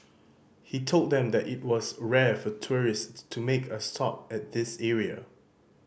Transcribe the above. he told them that it was rare for tourists to make a stop at this area